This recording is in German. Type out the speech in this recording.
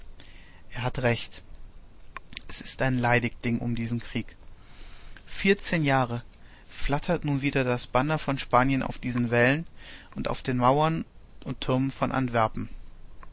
er hat recht es ist ein leidig ding um diesen krieg vierzehn jahre flattert nun wieder das banner von spanien auf diesen wällen und auf den mauern und türmen von antwerpen